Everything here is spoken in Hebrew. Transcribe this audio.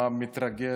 מתרגש.